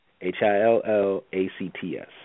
H-I-L-L-A-C-T-S